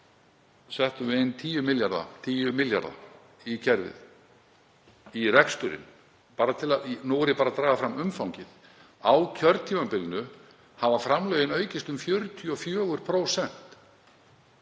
settum við 10 milljarða inn í kerfið, í reksturinn. Nú er ég bara að draga fram umfangið. Á kjörtímabilinu hafa framlögin aukist um 42%